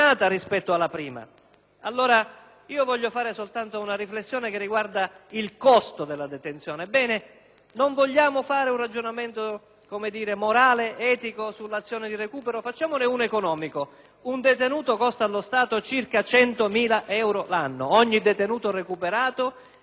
alla prima. Voglio fare soltanto una riflessione che riguarda il costo della detenzione. Non vogliamo fare un ragionamento morale o etico sull'azione di recupero? Bene, facciamone uno economico. Un detenuto costa allo Stato circa 100.000 euro l'anno; ogni detenuto recuperato è un detenuto